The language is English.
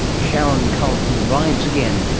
sharon carleton rides again,